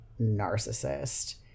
narcissist